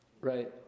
right